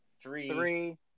three